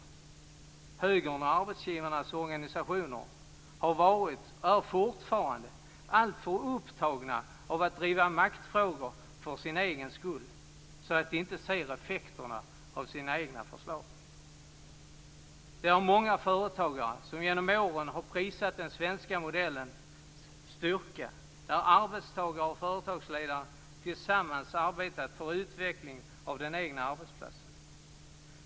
Högern och arbetsgivarnas organisationer har varit och är fortfarande alltför upptagna av att driva maktfrågor för sin egen skull så att de inte ser effekterna av sina egna förslag. Det är många företagare som genom åren har prisat den svenska modellens styrka där arbetstagare och företagsledare tillsammans arbetat för en utveckling av den egna arbetsplatsen.